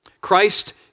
Christ